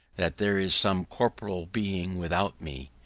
that there is some corporeal being without me,